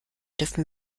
dürfen